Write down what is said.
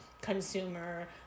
consumer